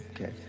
Okay